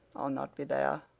i'll not be there.